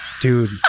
Dude